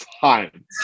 time